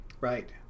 Right